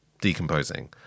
decomposing